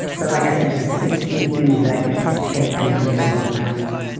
but like i said there's sixteen things that i could pay attention to at all times